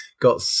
got